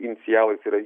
inicialais yra